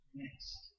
next